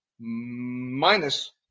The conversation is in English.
minus